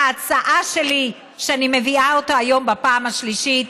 ההצעה שלי, שאני מביאה אותה היום בפעם השלישית,